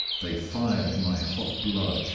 they fired my hot blood,